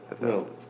No